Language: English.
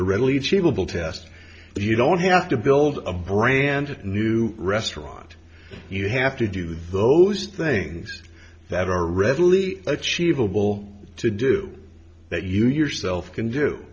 will test you don't have to build a brand new restaurant you have to do those things that are readily achievable to do that you yourself can do